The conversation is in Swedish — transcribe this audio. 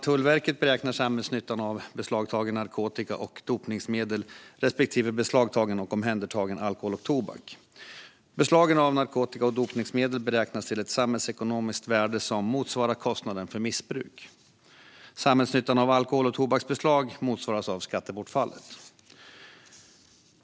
Tullverket beräknar samhällsnyttan av beslagtagen narkotika och dopningsmedel respektive beslagtagen och omhändertagen alkohol och tobak. Beslagen av narkotika och dopningsmedel beräknas till ett samhällsekonomiskt värde som motsvarar kostnaden för missbruk. Samhällsnyttan av alkohol och tobaksbeslag motsvaras av skattebortfallet.